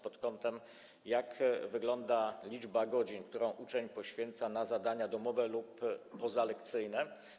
Chodzi o to, jak wygląda liczba godzin, które uczeń poświęca na zadania domowe lub pozalekcyjne.